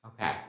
Okay